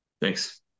Thanks